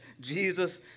Jesus